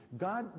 God